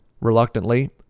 Reluctantly